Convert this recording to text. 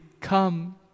come